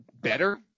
better